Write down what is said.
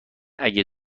اگه